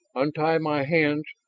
untie my hands,